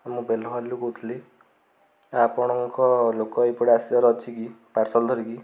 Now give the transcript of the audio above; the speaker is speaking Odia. ହଁ ମୁଁ କହୁଥିଲି ଆପଣଙ୍କ ଲୋକ ଏଇପଟେ ଆସିବାର ଅଛି କି ପାର୍ସଲ ଧରିକି